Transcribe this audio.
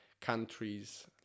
countries